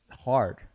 hard